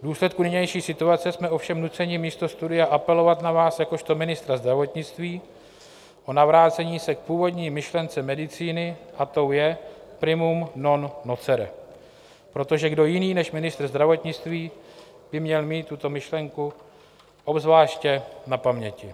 V důsledku nynější situace jsme ovšem nuceni místo studia apelovat na vás jakožto ministra zdravotnictví o navrácení se k původní myšlence medicíny, a tou je primum non nocere, protože kdo jiný než ministr zdravotnictví by měl mít tuto myšlenku obzvláště na paměti.